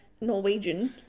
Norwegian